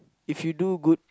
if you do good